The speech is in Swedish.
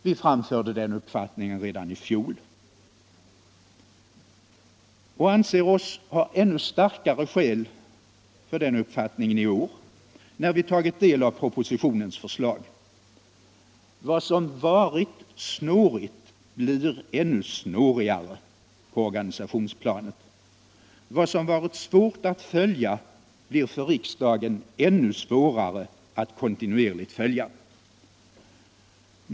Vi framförde den åsikten i fjol och anser oss ha ännu starkare skäl för den i år, när vi har tagit del av propositionens förslag. Vad som varit snårigt blir ännu snårigare på organisationsplanet. Vad som varit svårt att följa blir för riksdagen ännu svårare att kontinuerligt följa.